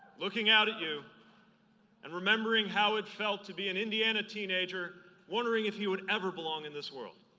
looking out it you and remembering how it felt to be an indiana teenager wondering if he would ever belong in this world.